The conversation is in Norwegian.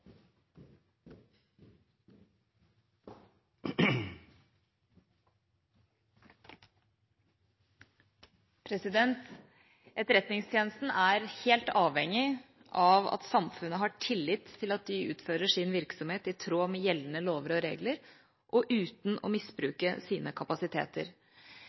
helt avhengig av at samfunnet har tillit til at de utfører sin virksomhet i tråd med gjeldende lover og regler og uten å misbruke sine kapasiteter.